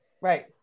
Right